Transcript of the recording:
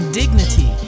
dignity